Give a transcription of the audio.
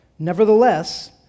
Nevertheless